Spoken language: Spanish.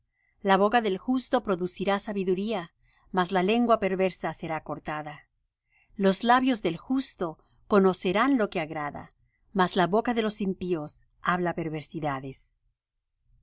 la boca del justo producirá sabiduría mas la lengua perversa será cortada los labios del justo conocerán lo que agrada mas la boca de los impíos habla perversidades